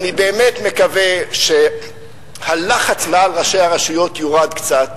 אני באמת מקווה שהלחץ מעל ראשי הרשויות יוּרד קצת,